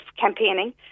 campaigning